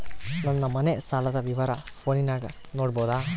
ನನ್ನ ಮನೆ ಸಾಲದ ವಿವರ ಫೋನಿನಾಗ ನೋಡಬೊದ?